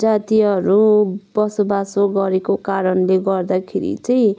जातीयहरू बसोबासो गरेको कारणले गर्दाखेरि चाहिँ